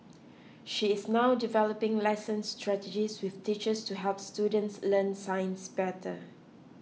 she is now developing lesson strategies with teachers to help students learn science better